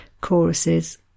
choruses